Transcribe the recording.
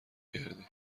کردی